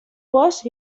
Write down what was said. was